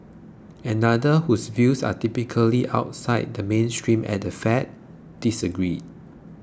another whose views are typically outside the mainstream at the Fed disagreed